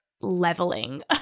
leveling